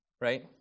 right